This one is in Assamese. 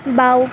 বাওঁ